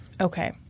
Okay